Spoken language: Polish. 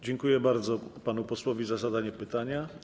Dziękuję bardzo panu posłowi za zadanie pytania.